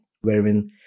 wherein